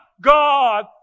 God